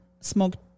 smoked